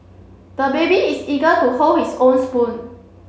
the baby is eager to hold his own spoon